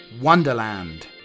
Wonderland